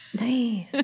Nice